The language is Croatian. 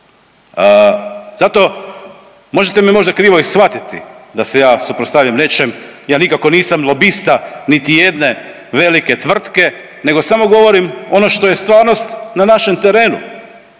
Zato možete me možda krivo i shvatiti da se ja suprotstavljam nečem, ja nikako nisam lobista niti jedne velike tvrtke nego samo govorim ono što je stvarnost na našem terenu,